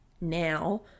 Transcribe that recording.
now